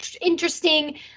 interesting